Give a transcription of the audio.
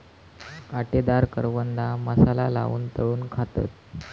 काटेदार करवंदा मसाला लाऊन तळून खातत